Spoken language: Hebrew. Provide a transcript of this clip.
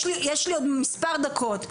יש לי עוד מספר דקות,